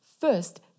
First